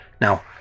Now